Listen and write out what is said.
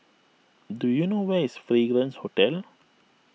do you know where is Fragrance Hotel